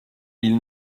ils